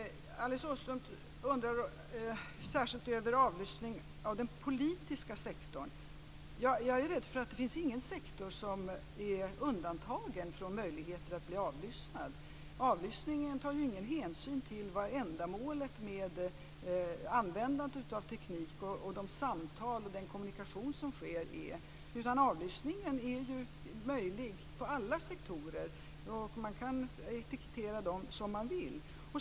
Alice Åström undrar särskilt över avlyssning av den politiska sektorn. Jag är rädd för att det inte finns någon sektor som är undantagen från möjligheten att bli avlyssnad. Avlyssningen tar ju ingen hänsyn till vad ändamålet med användandet av teknik och de samtal och den kommunikation som sker är, utan avlyssningen är ju möjlig inom alla sektorer, och man kan etikettera dem som man vill.